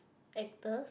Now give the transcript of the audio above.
actors